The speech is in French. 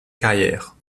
carrière